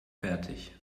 fertig